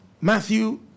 Matthew